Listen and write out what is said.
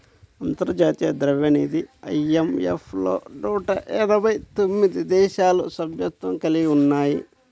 అంతర్జాతీయ ద్రవ్యనిధి ఐ.ఎం.ఎఫ్ లో నూట ఎనభై తొమ్మిది దేశాలు సభ్యత్వం కలిగి ఉన్నాయి